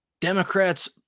democrats